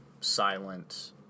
silent